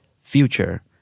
future